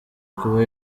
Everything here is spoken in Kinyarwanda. kuba